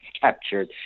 captured